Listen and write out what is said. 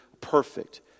perfect